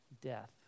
death